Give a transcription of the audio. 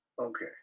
Okay